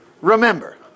remember